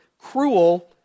cruel